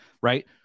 right